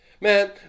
Man